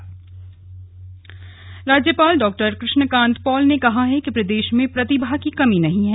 राज्यपाल राज्यपाल डॉ कृष्ण कान्त पॉल ने कहा है कि प्रदेश में प्रतिभा की कमी नहीं है